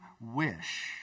wish